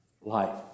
life